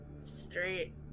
straight